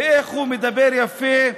ואיך הוא מדבר יפה,